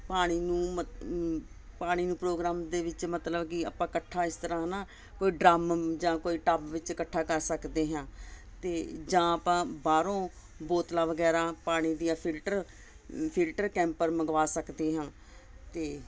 ਪਾਣੀ ਨੂੰ ਮ ਪਾਣੀ ਨੂੰ ਪ੍ਰੋਗਰਾਮ ਦੇ ਵਿੱਚ ਮਤਲਬ ਕਿ ਆਪਾਂ ਇਕੱਠਾ ਇਸ ਤਰ੍ਹਾਂ ਨਾ ਕੋਈ ਡਰੰਮ ਜਾਂ ਕੋਈ ਟੱਬ ਵਿੱਚ ਇਕੱਠਾ ਕਰ ਸਕਦੇ ਹਾਂ ਅਤੇ ਜਾਂ ਆਪਾਂ ਬਾਹਰੋਂ ਬੋਤਲਾਂ ਵਗੈਰਾ ਪਾਣੀ ਦੀਆਂ ਫਿਲਟਰ ਫਿਲਟਰ ਕੈਂਪਰ ਮੰਗਵਾ ਸਕਦੇ ਹਾਂ ਅਤੇ